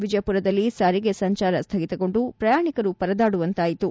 ವಿಜಯಪುರದಲ್ಲಿ ಸಾರಿಗೆ ಸಂಚಾರ ಸ್ವಗಿತಗೊಂಡು ಪ್ರಯಾಣಿಕರು ಪರದಾಡುವಂತಾಯಿತು